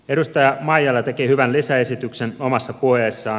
edustaja maijala teki hyvän lisäesityksen omassa puheessaan